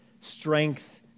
Strength